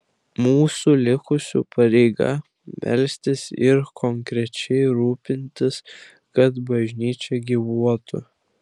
mūsų likusių pareiga melstis ir konkrečiai rūpintis kad bažnyčia gyvuotų